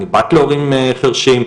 אני בת להורים חרשים.